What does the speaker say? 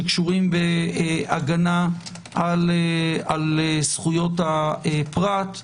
שקשורים בהגנה על זכויות הפרט,